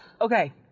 Okay